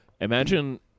Imagine